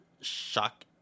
shock